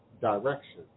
direction